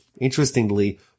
Interestingly